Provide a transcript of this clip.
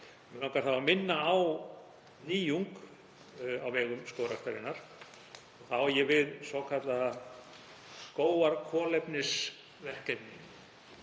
Mig langar þá að minna á nýjung á vegum Skógræktarinnar. Þar á ég við svokallað skógarkolefnisverkefni.